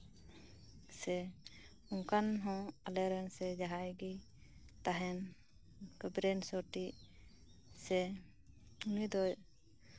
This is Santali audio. ᱥᱮ ᱚᱱᱠᱟᱱ ᱦᱚᱸ ᱟᱞᱮ ᱨᱮᱱ ᱥᱮ ᱡᱟᱦᱟᱸᱭᱜᱮ ᱛᱟᱦᱮᱱ ᱵᱨᱮᱱᱥᱚᱴ ᱤᱡ ᱥᱮ ᱩᱱᱤ ᱫᱚᱭ